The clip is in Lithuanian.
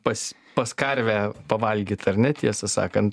pas pas karvę pavalgyt ar ne tiesą sakant